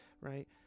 Right